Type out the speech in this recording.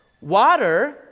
Water